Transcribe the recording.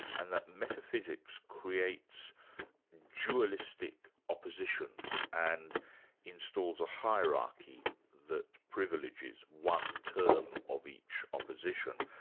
and that metaphysics creates dualistic oppositions, and installs a hierarchy that privileges one term of each opposition.